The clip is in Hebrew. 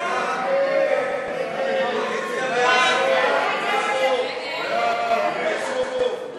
ההצעה להעביר את הצעת חוק-יסוד: הכנסת (תיקון מס' 43)